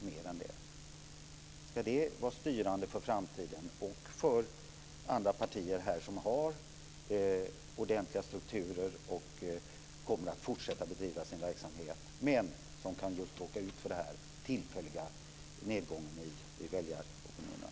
Ska det vara styrande för framtiden och för andra partier som har ordentliga strukturer och som kommer att fortsätta att bedriva sin verksamhet, men som kan råka ut för en tillfällig nedgång i väljaropinionen?